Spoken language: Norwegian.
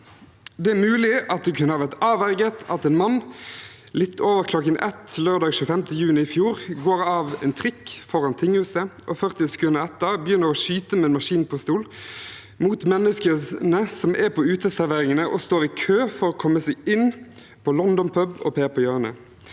Det er mulig at det kunne ha vært avverget at en mann litt over klokken 01.00 lørdag 25. juni i fjor går av en trikk foran tinghuset og 40 sekunder etter begynner å skyte med maskinpistol mot menneskene som er på uteserveringene og står i kø for å komme seg inn på London Pub og Per på hjørnet.